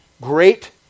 great